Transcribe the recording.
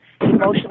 emotional